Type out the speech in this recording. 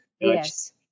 yes